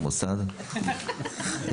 המוסד,